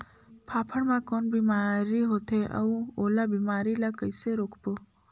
फाफण मा कौन बीमारी होथे अउ ओला बीमारी ला कइसे रोकबो?